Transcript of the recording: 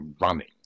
running